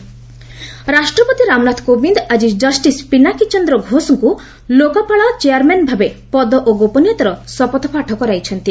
Lokpal oath ରାଷ୍ଟ୍ରପତି ରାମନାଥ କୋବିନ୍ଦ୍ ଆଜି justice Pinaki Chandra ଘୋଷ୍ଙ୍କୁ ଲୋକପାଳ ଚେୟାର୍ମ୍ୟାନ୍ ଭାବେ ପଦ ଓ ଗୋପନୀୟତାର ଶପଥ ପାଠ କରାଇଛନ୍ତି